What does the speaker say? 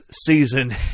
season